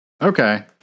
Okay